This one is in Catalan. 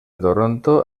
toronto